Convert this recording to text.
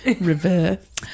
reverse